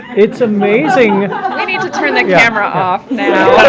it's amazing we need to turn the camera off now.